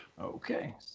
Okay